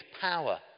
power